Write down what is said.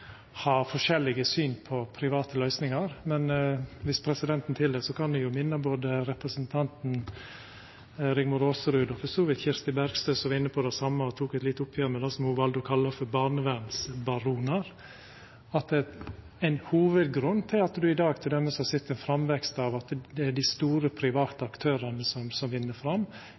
forskjellige syn på private løysingar. Men dersom presidenten tillèt det, kan eg minna både representanten Rigmor Aasrud og for så vidt Kirsti Bergstø – som var inne på det same, og som tok eit lite oppgjer med det ho valde å kalla for «barnevernsbaroner» – om at ein hovudgrunn til at ein i dag t.d. har sett ein framvekst av dei store private aktørane, og at det er dei som vinn fram,